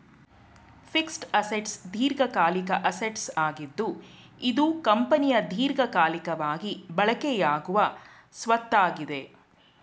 fixed assets ದೀರ್ಘಕಾಲಿಕ assets ಆಗಿದ್ದು ಇದು ಕಂಪನಿಯ ದೀರ್ಘಕಾಲಿಕವಾಗಿ ಬಳಕೆಯಾಗುವ ಸ್ವತ್ತಾಗಿದೆ